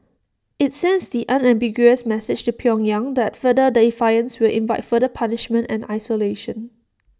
IT sends the unambiguous message to pyongyang that further defiance will invite further punishment and isolation